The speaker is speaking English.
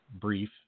brief